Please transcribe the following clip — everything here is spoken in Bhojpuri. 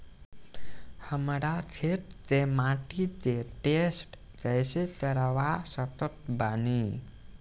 हमरा खेत के माटी के टेस्ट कैसे करवा सकत बानी?